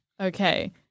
Okay